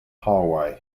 hawaii